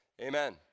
amen